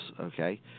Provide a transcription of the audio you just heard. okay